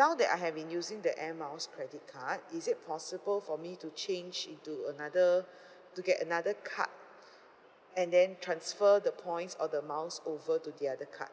now that I have been using the air miles credit card is it possible for me to change into another to get another card and then transfer the points or the miles over to the other card